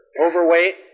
overweight